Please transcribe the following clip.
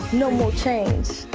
no more shame.